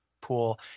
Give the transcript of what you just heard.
pool